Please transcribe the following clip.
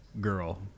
girl